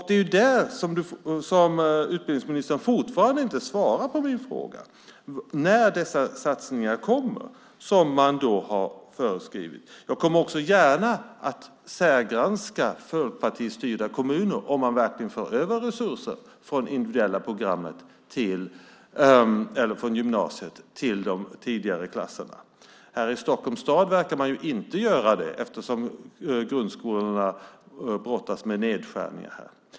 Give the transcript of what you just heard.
Det är där som utbildningsministern fortfarande inte svarar på min fråga om när dessa satsningar kommer som man har föreskrivit. Jag kommer gärna att särgranska om folkpartistyrda kommuner verkligen för över resurser från gymnasiet till de tidigare klasserna. Här i Stockholms stad verkar man inte göra det eftersom grundskolorna brottas ned nedskärningar.